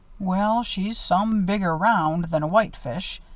well, she's some bigger round than a whitefish,